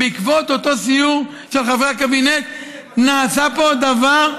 בעקבות אותו סיור של חברי הקבינט נעשה פה דבר,